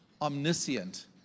omniscient